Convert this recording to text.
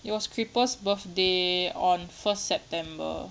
it was creeper's birthday on first september